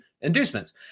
inducements